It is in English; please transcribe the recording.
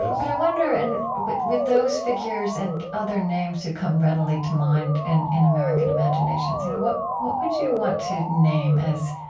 but i wonder, and with with those figures and other names who come readily to mind in in american imaginations, you know what what would you want to name as